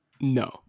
No